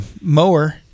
mower